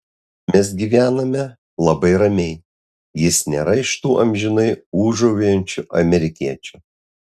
mes gyvename labai ramiai jis nėra iš tų amžinai ūžaujančių amerikiečių